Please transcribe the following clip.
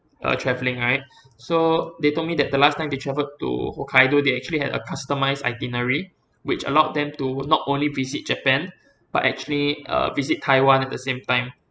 uh travelling right so they told me that the last time they travelled to hokkaido they actually had a customised itinerary which allowed them to not only visit japan but actually uh visit taiwan at the same time